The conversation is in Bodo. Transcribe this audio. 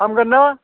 हामगोन ना